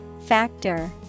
Factor